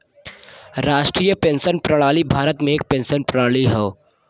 राष्ट्रीय पेंशन प्रणाली भारत में एक पेंशन प्रणाली हौ